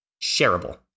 shareable